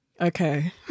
Okay